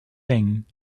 thing